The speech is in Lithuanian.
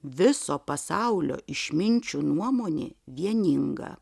viso pasaulio išminčių nuomonė vieninga